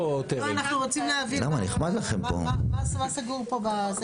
כי אז אנחנו כבר נכנסים לבעיה --- אוקיי.